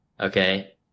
Okay